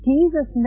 Jesus